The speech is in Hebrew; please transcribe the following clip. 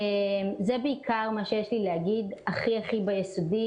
זה בעיקר מה שיש לי להגיד באופן הכי יסודי,